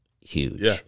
huge